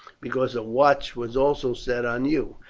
because a watch was also set on you,